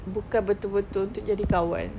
bukan betul-betul itu jadi kawan